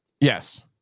Yes